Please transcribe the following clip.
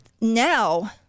now